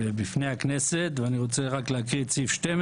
בפני הכנסת, ואני רוצה להקריא את סעיף 12